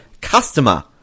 customer